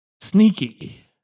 sneaky